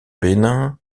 bénin